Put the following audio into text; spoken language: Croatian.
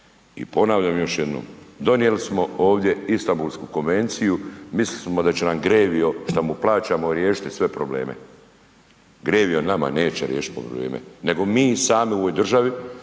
I ponavljam još jednom donijeli smo ovdje Istanbulsku konvenciju mislili smo da će nam GREVIO šta mu plaćamo riješiti sve probleme, GREVIO nama neće riješiti probleme nego mi sami u ovoj državi